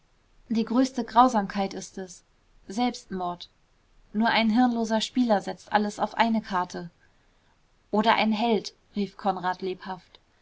die größte grausamkeit ist es selbstmord nur ein hirnloser spieler setzt alles auf eine karte oder ein held rief konrad lebhaft